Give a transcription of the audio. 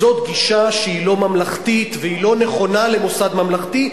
זאת גישה שהיא לא ממלכתית והיא לא נכונה למוסד ממלכתי,